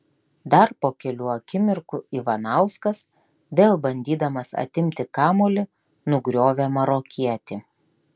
dar po kelių akimirkų ivanauskas vėl bandydamas atimti kamuolį nugriovė marokietį